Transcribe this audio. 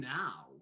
now